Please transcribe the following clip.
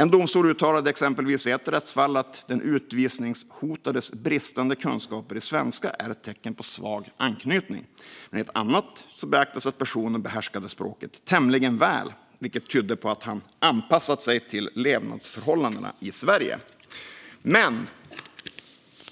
En domstol uttalade exempelvis i ett rättsfall att den utvisningshotades bristande kunskaper i svenska är ett tecken på svag anknytning. I ett annat rättsfall beaktas att personen behärskade språket "tämligen väl", vilket tydde på att han "anpassat sig väl till levnadsförhållandena i Sverige".